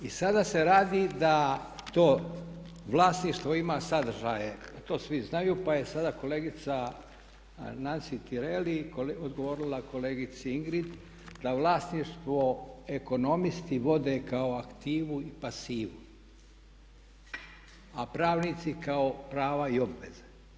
I sada se radi da to vlasništvo ima sadržaje a to svi znaju pa je sada kolegica Nansi Tireli odgovorila kolegici Ingrid da vlasništvo ekonomisti vode kao aktivu i pasivu, a pravnici kao prava i obveze.